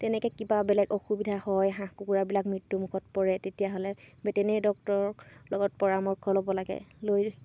তেনেকৈ কিবা বেলেগ অসুবিধা হয় হাঁহ কুকুৰাবিলাক মৃত্যুমুখত পৰে তেতিয়াহ'লে ভেটেনেৰি ডক্তৰৰ লগত পৰামৰ্শ ল'ব লাগে লৈ